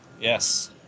yes